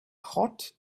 hot